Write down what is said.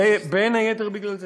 בין היתר בגלל זה.